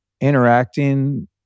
interacting